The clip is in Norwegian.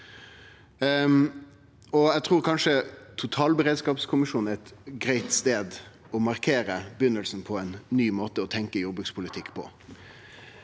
Eg trur kanskje totalberedskapskommisjonen er ein grei stad å markere begynninga på ein ny måte å tenkje jordbrukspolitikk på.